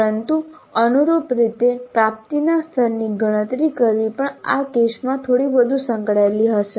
પરંતુ અનુરૂપ રીતે પ્રાપ્તિના સ્તરની ગણતરી કરવી પણ આ કેસમાં થોડી વધુ સંકળાયેલી હશે